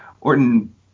Orton